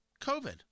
COVID